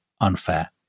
unfair